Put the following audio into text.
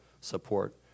support